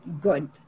good